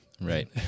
Right